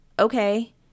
okay